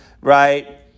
right